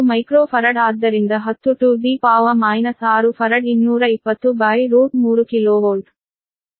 157 10 6 ಆಗಿದೆ ಇದು microfarad ಆದ್ದರಿಂದ 10 6 ಫರಡ್ 2203KV